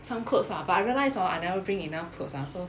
some clothes lah but I realise hor I never bring enough clothes lah so